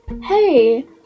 Hey